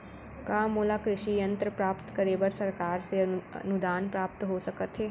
का मोला कृषि यंत्र प्राप्त करे बर सरकार से अनुदान प्राप्त हो सकत हे?